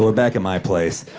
so back and my place,